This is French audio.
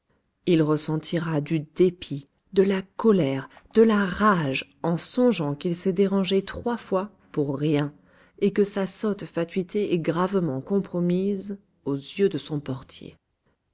il ressentira du dépit de la colère de la rage en songeant qu'il s'est dérangé trois fois pour rien et que sa sotte fatuité est gravement compromise aux yeux de son portier